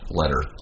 letter